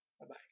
Bye-bye